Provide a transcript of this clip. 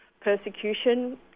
persecution